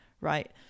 right